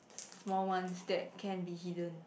small ones that can be hidden